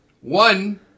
One